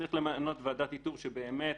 צריך למנות ועדת איתור שבאמת